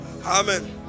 Amen